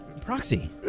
Proxy